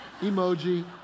Emoji